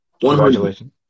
Congratulations